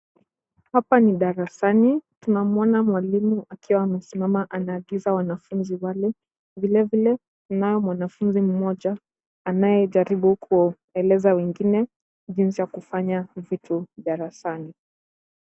Hapa ni darasani. Tunamuona mwalimu akiwa amesimama anaagiza wanafunzi wale. Vilevile kunao mwanafunzi mmoja anayejaribu kuwaeleza wengine jinsi ya kufanya vitu darasani.